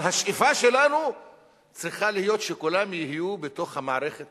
אבל השאיפה שלנו צריכה להיות שכולם יהיו בתוך מערכת